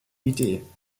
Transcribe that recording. idee